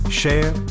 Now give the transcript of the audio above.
share